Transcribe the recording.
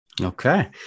Okay